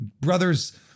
Brothers